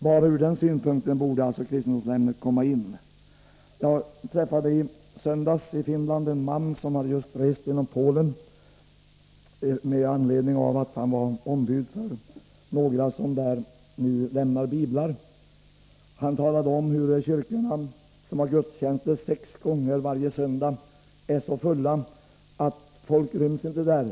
Bara ur den synpunkten borde alltså kristendomsämnet komma in. Jag träffade i söndags i Finland en man som just hade rest genom Polen med anledning av att han var ombud för några personer som där lämnar biblar. Han talade om hur kyrkorna, som har gudstjänster sex gånger varje söndag, är så fulla att folk inte ryms.